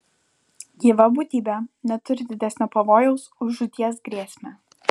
gyva būtybė neturi didesnio pavojaus už žūties grėsmę